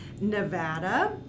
Nevada